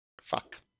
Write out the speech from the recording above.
Fuck